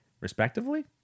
Respectively